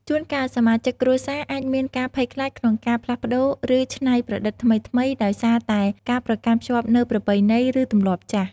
ជួនកាល សមាជិកគ្រួសារអាចមានការភ័យខ្លាចក្នុងការផ្លាស់ប្តូរ ឬច្នៃប្រឌិតថ្មីៗ ដោយសារតែការប្រកាន់ខ្ជាប់នូវប្រពៃណី ឬទម្លាប់ចាស់។